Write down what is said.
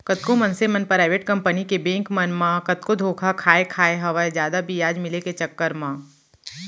कतको मनसे मन पराइबेट कंपनी के बेंक मन म कतको धोखा खाय खाय हवय जादा बियाज मिले के चक्कर म